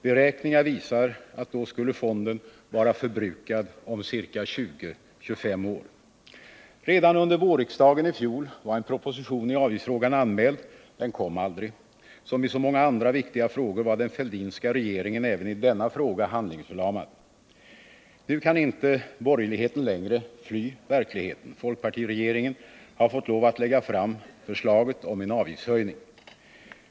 Beräkningar visade att fonden då skulle vara förbrukad om ca 20-25 år. Redan under vårriksdagen i fjol var en proposition i avgiftsfrågan anmäld. Den kom aldrig. Som i så många andra viktiga frågor var den Fälldinska regeringen även i denna fråga handlingsförlamad. Borgerligheten kan nu inte längre fly från verkligheten. Folkpartiregeringen har fått lov att lägga fram förslaget om en avgiftshöjning.